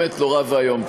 באמת נורא ואיום.